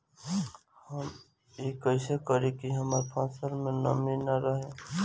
हम ई कइसे करी की हमार फसल में नमी ना रहे?